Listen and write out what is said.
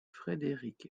frédéric